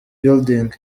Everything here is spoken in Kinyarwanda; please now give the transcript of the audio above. building